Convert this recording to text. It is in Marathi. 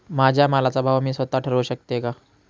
माझ्या मालाचा भाव मी स्वत: ठरवू शकते का?